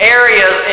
areas